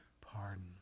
pardon